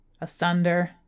asunder